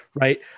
right